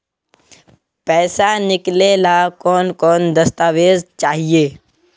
पैसा निकले ला कौन कौन दस्तावेज चाहिए?